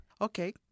Okay